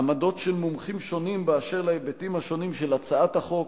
עמדות של מומחים שונים באשר להיבטים השונים של הצעת החוק,